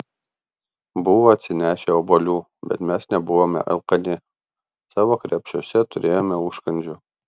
buvo atsinešę obuolių bet mes nebuvome alkani savo krepšiuose turėjome užkandžių